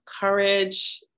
courage